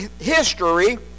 history